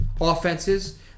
offenses